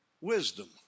wisdom